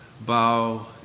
bow